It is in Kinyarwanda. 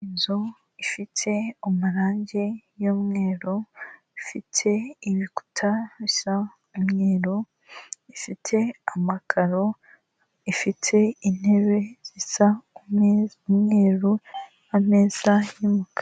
Inzu ifite amarangi y'umweru ifite ibikuta bisa n'umweru ifite amakaro, ifite intebe zisa ku n'umweru, ameza y'umukara.